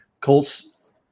Colts